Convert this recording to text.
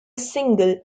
single